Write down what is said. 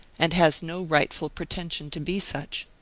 and has no rightful pretension to be such.